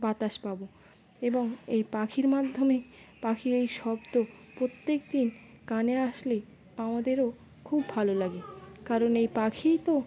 বাতাস পাব এবং এই পাখির মাধ্যমে পাখির এই শব্দ প্রত্যেক দিন কানে আসলে আমাদেরও খুব ভালো লাগে কারণ এই পাখিই তো